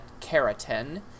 keratin